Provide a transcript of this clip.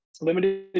Limited